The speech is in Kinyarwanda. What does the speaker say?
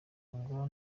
ngo